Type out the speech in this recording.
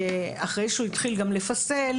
אחרי שהוא התחיל גם לפסל,